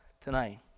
tonight